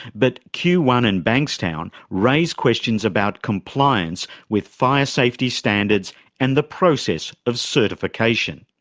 but q one and bankstown raise questions about compliance with fire safety standards and the process of certification.